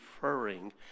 referring